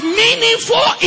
meaningful